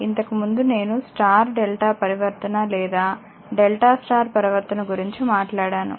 ఇంతకు ముందు నేను స్టార్ డెల్టా పరివర్తన లేదా డెల్టా స్టార్ పరివర్తన గురించి మాట్లాడాను